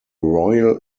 royal